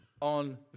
on